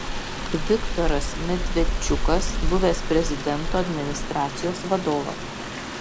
viktoras medvedčukas buvęs prezidento administracijos vadovas